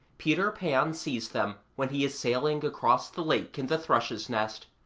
peter pan sees them when he is sailing across the lake in the thrush's nest.